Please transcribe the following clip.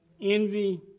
envy